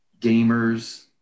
gamers